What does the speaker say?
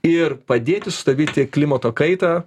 ir padėti sustabdyti klimato kaitą